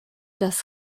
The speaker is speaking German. das